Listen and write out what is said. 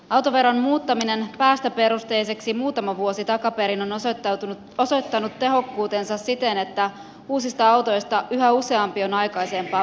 autoveron muuttaminen päästöperusteiseksi muutama vuosi takaperin on osoittanut tehokkuutensa siten että uusista autoista yhä useampi on aikaisempaa vähäpäästöisempi